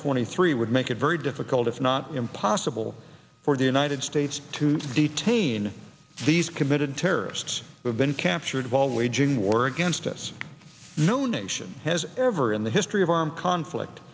twenty three would make it very called it's not impossible for the united states to detain these committed terrorists who've been captured of all waging war against us no nation has ever in the history of armed conflict